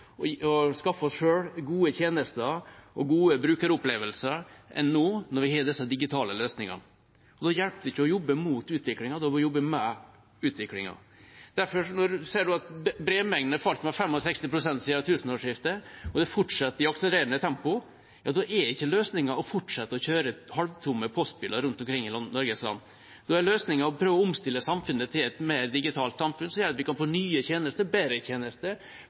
å skaffe oss selv gode tjenester og gode brukeropplevelser enn nå, når vi har disse digitale løsningene. Da hjelper det ikke å jobbe mot utviklingen, da må man jobbe med utviklingen. Derfor: Når vi ser at brevmengden er falt med 65 pst. siden tusenårsskiftet, og det fortsetter i akselererende tempo, er ikke løsningen å fortsette å kjøre halvtomme postbiler rundt omkring i Norges land, da er løsningen å prøve å omstille samfunnet til et mer digitalt samfunn, som gjør at vi kan få nye og bedre tjenester